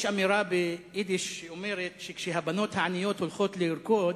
יש אמירה ביידיש שאומרת שכשהבנות העניות הולכות לרקוד,